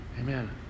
Amen